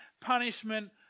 punishment